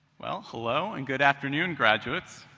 well, hello and good afternoon, graduates.